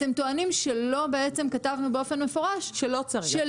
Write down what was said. אתם טוענים שלא בעצם כתבנו באופן מפורש --- שלא צריך.